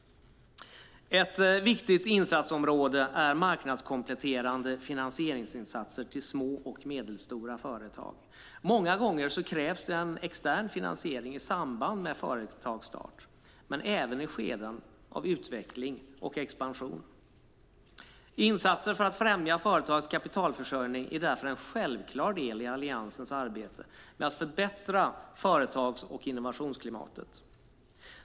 Ett viktigt insatsområde är marknadskompletterande finansieringsinsatser till små och medelstora företag. Många gånger krävs en extern finansiering i samband med företagsstart men även i skeden av utveckling och expansion. Insatser för att främja företags kapitalförsörjning är därför en självklar del i Alliansens arbete med att förbättra företags och innovationsklimatet.